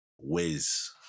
Wiz